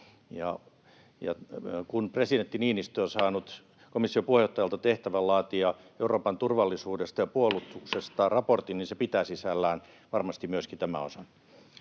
kun presidentti Niinistö on saanut komission puheenjohtajalta tehtävän laatia Euroopan turvallisuudesta ja puolustuksesta raportin, niin se pitää sisällään varmasti myöskin tämän osan.